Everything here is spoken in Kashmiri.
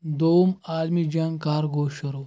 دوم عالمی جنگ کَر گوٚو شروٗع